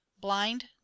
blind